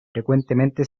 frecuentemente